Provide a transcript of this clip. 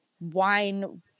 wine